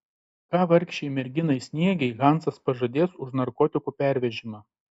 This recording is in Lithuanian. ką vargšei merginai sniegei hansas pažadės už narkotikų pervežimą